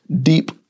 deep